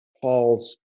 Paul's